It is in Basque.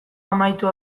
amaitu